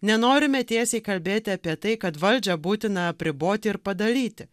nenorime tiesiai kalbėti apie tai kad valdžią būtina apriboti ir padalyti